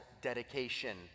dedication